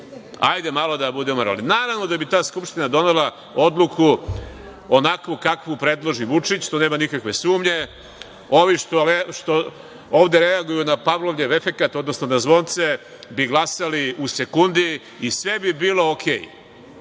da zaseda Skupština. Naravno da bi ta Skupština donela odluku onakvu kakvu predloži Vučić, tu nema nikakve sumnje. Ovi što ovde reaguju na Pavlovljev efekat, odnosno na zvonce, bi glasali u sekundi i sve bi bilo okej. To